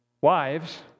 Wives